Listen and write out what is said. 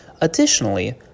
Additionally